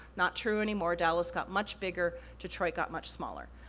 not true anymore, dallas got much bigger, detroit got much smaller.